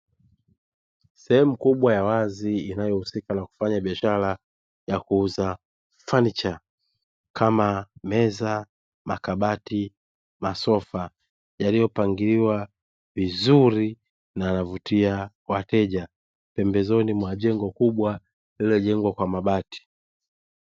Sehemu kubwa ya wazi inayohusika na kufanya biashara ya kuuza fanicha, kama: meza, makabati, masofa yaliyopangiliwa vizuri na yanavutia wateja; pembezoni mwa jengo kubwa liliojengwa kwa mabati.